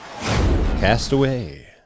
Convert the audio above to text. Castaway